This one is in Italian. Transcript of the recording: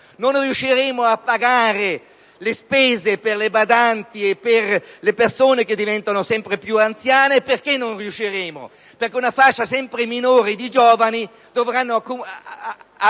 non riusciremo a pagare le spese per le badanti e per le persone che diventano sempre più anziane. Questo perché una fascia sempre minore di giovani dovrà prendere